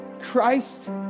Christ